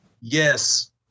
yes